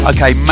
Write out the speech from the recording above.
Okay